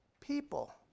people